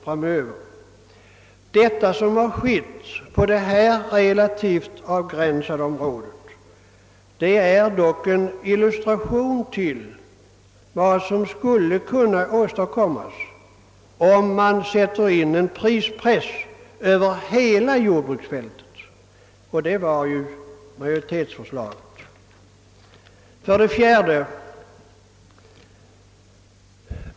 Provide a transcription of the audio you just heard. Vad som skett på det relativt begränsade området är en illustration till vad som skulle kunna ske, om en prispress insättes över hela jordbruksfältet, vilket var innebörden i majoritetsförslaget. 4.